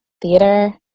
theater